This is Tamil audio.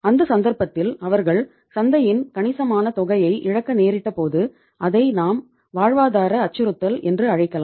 அந்த சந்தர்ப்பத்தில் அவர்கள் சந்தையின் கணிசமான தொகையை இழக்க நேரிட்டபோது அதை நாம் வாழ்வாதார அச்சுறுத்தல் என்று அழைக்கலாம்